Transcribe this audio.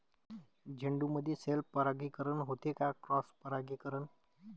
झेंडूमंदी सेल्फ परागीकरन होते का क्रॉस परागीकरन?